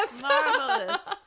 Marvelous